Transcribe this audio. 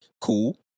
Cool